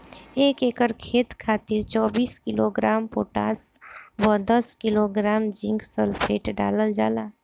एक एकड़ खेत खातिर चौबीस किलोग्राम पोटाश व दस किलोग्राम जिंक सल्फेट डालल जाला?